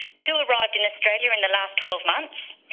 two arrived in australia in the last twelve months,